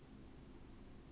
mm